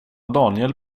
daniel